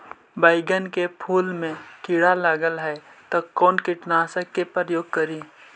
बैगन के फुल मे कीड़ा लगल है तो कौन कीटनाशक के प्रयोग करि?